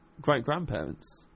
great-grandparents